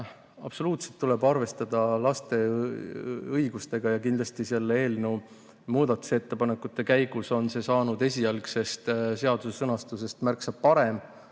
absoluutselt tuleb arvestada laste õigustega, ja kindlasti selle eelnõu muudatusettepanekute käigus on see saanud esialgsest sõnastusest märksa parem.